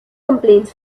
complaints